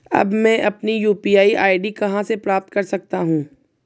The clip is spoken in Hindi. अब मैं अपनी यू.पी.आई आई.डी कहां से प्राप्त कर सकता हूं?